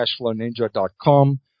CashflowNinja.com